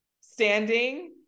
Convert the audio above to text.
standing